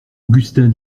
augustin